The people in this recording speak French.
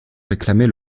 réclamer